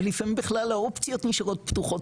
ולפעמים בכלל האופציות נשארות פתוחות,